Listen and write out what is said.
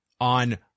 on